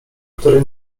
który